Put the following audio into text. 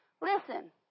listen